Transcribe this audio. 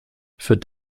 führt